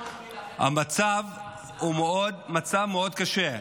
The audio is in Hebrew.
המצב הוא מאוד מאוד קשה.